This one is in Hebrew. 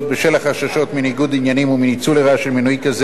בשל החששות מניגוד עניינים ומניצול לרעה של מינוי כזה,